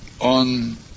on